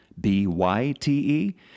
B-Y-T-E